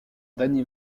danny